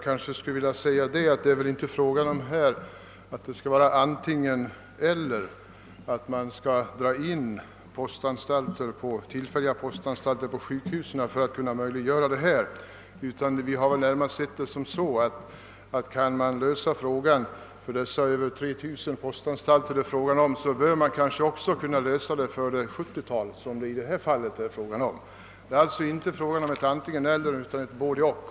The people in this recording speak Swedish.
Herr talman! Här är det inte fråga om antingen — elier, så att man skulle dra in tillfälliga postanstalter på sjukhus för att möjliggöra nya på fångvårdsanstalter. Vi har närmast sett det hela så, att kan man lösa problemet på över 3 000 postanstalter, bör man också kunna lösa det i de cirka 70 fall det här är fråga om. Det rör sig alltså inte om antingen eller utan om både — och.